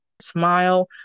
smile